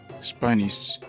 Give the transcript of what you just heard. Spanish